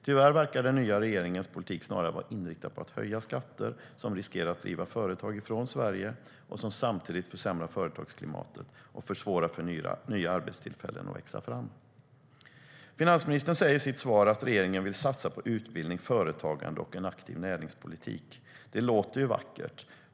Tyvärr verkar den nya regeringens politik snarare vara inriktad på att höja skatter som riskerar att driva företag från Sverige och som samtidigt försämrar företagsklimatet och försvårar för nya arbetstillfällen att växa fram. Finansministern säger i sitt svar att regeringen vill satsa på utbildning, företagande och en aktiv näringspolitik. Det låter vackert.